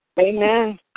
Amen